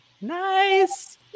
nice